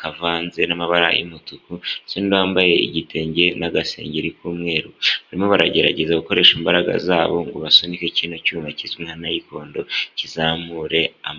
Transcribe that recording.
kavanze n'amabara y'umutuku, ndetse n'uwambaye igitenge n'agasengeri k'umweru, barimo baragerageza gukoresha imbaraga zabo ngo basunike kino cyuma kizwi nka neyikondo kizamure amazi.